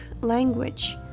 language